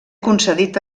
concedit